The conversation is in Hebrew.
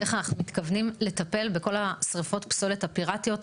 על איך אנחנו מתכוננים לטפל בכל שאריות הפסול הפיראטיות,